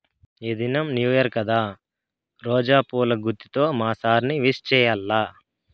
ఈ దినం new year కదా రోజా పూల గుత్తితో మా సార్ ని విష్ చెయ్యాల్ల